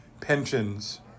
pensions